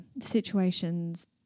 situations